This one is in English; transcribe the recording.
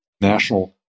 National